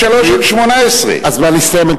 פ/2523/18, הזמן הסתיים.